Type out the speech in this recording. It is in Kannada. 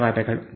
ಧನ್ಯವಾದಗಳು